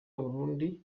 burundi